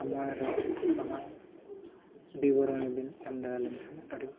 ᱥᱚᱢᱚᱭ ᱨᱮ ᱥᱚᱢᱚᱭ ᱵᱤᱵᱚᱨᱚᱱᱤ ᱵᱤᱱ ᱮᱢ ᱫᱟᱲᱮ ᱞᱤᱧ ᱠᱷᱟᱱ ᱟᱹᱰᱤ